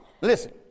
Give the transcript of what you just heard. Listen